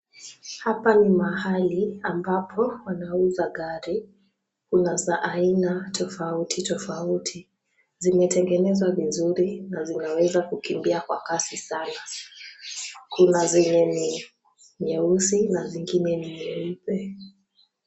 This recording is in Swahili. Hapa ni mahali ambapo wanauza gari. Kuna za aina tofautitofauti. Zimetengenezwa vizuri na zinaweza kukimbia kwa kasi sana. Kuna zenye ni nyeusi na zingine ni nyeupe.